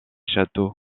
châteaux